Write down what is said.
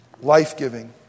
life-giving